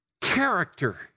character